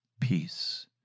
peace